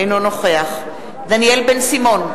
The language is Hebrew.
אינו נוכח דניאל בן-סימון,